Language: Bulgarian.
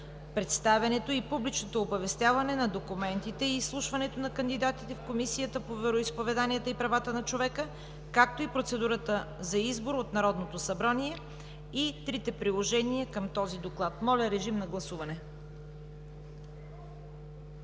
представянето и публичното оповестяване на документите и изслушването на кандидатите в Комисията по вероизповеданията и правата на човека, както и процедурата за избор от Народното събрание, и трите приложения към този Доклад. Гласували